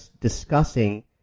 discussing